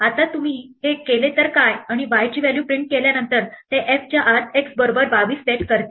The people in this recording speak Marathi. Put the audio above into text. आता तुम्ही हे केले तर काय आणि y ची व्हॅल्यू प्रिंट केल्यानंतर ते f च्या आत x बरोबर 22 सेट करते